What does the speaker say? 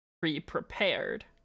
Pre-prepared